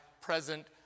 present